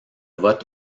vote